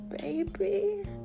baby